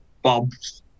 Bob's